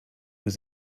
was